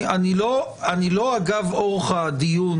אני לא מתכוון לקיים אגב אורחא הדיון